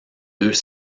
deux